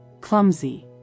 clumsy